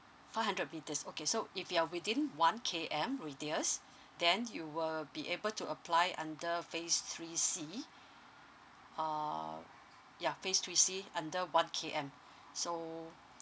five hundred meters okay so if you are within one K_M radius then you will be able to apply under phase three C err ya phase three C under one K_M so